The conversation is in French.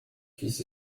fils